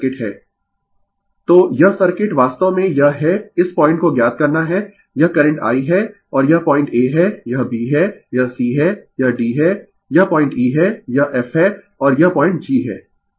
Refer slide Time 0850 तो यह circuit वास्तव में यह है इस पॉइंट को ज्ञात करना है यह करंट I है और यह पॉइंट a है यह b है यह c है यह d है यह पॉइंट e है यह f है और यह पॉइंट g है